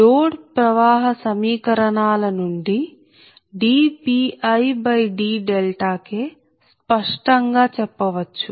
load ప్రవాహ సమీకరణాల నుండి dPidK స్పష్టంగా చెప్పవచ్చు